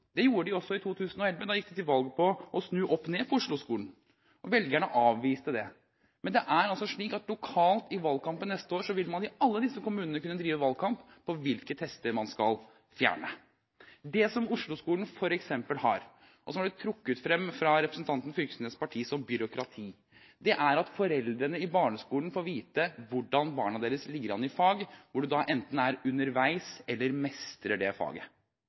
Det gjorde de også i 2011 – da gikk de til valg på å snu opp ned på Osloskolen, men velgerne avviste det. Lokalt i valgkampen neste år vil man i alle kommuner kunne drive valgkamp på hvilke tester man skal fjerne. Det som skjer i Osloskolen f.eks., og som har blitt trukket frem av representanten Krag Fylkesnes’ parti som byråkrati, er at foreldrene i barneskolen får vite hvordan barna deres ligger an i fag, om de enten er underveis eller mestrer faget.